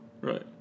right